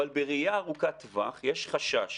אבל בראייה ארוכת טווח, יש חשש